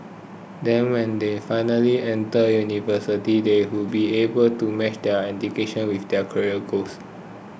then when they finally enter university they would be able to match their education with their career goals